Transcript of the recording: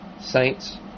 saints